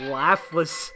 laughless